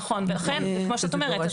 נכון ולכן כמו שאת אומרת,